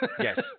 Yes